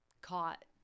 caught